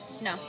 No